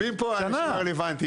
יושבים פה אנשים לא רלוונטיים,